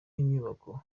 nyubako